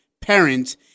parents